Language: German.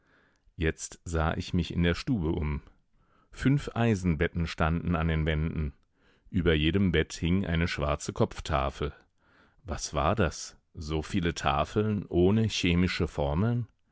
jetzt sah ich mich in der stube um fünf eisenbetten standen an den wänden über jedem bett hing eine schwarze kopftafel was war das so viele tafeln ohne chemische formeln